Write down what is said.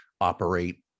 operate